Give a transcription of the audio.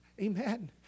Amen